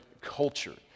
culture